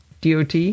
dot